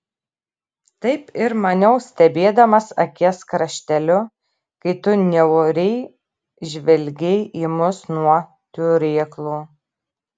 taip ir maniau stebėdamas akies krašteliu kai tu niauriai žvelgei į mus nuo turėklų